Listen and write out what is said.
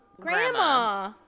Grandma